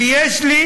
ויש לי